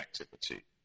activity